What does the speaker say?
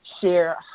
share